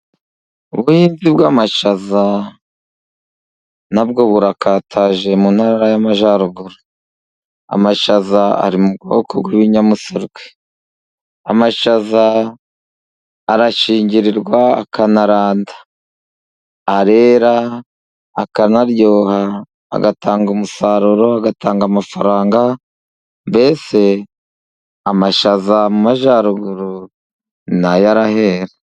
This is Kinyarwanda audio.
Ubuhinzi bw'amashaza na bwo burakataje mu Ntara y'Amajyaruguru. Amashaza ari mu bwoko bw'ibinyamisogwe. Amashaza arashingirirwa akanaranda. Arera akanaryoha, agatanga umusaruro, agatanga amafaranga. Mbese amashaza mu majyaruguru na yo arahera.